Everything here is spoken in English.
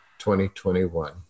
2021